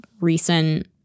recent